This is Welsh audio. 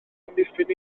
amddiffyn